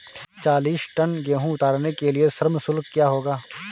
चालीस टन गेहूँ उतारने के लिए श्रम शुल्क क्या होगा?